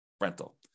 rental